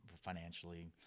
financially –